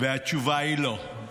התשובה היא לא.